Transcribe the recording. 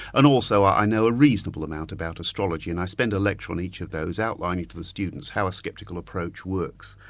and also i know a reasonable amount about astrology and i spend a lecture on each of those, outlining to the students how a skeptical approach works,